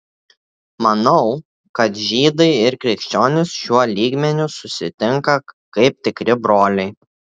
manau kad žydai ir krikščionys šiuo lygmeniu susitinka kaip tikri broliai